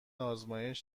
آزمایش